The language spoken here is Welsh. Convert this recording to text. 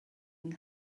yng